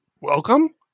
welcome